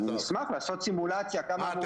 אני אשמח לעשות סימולציה כמה --- מה,